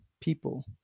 people